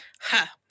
Ha